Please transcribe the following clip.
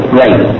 right